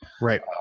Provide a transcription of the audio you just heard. Right